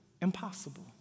impossible